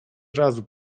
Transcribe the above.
razu